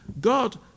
God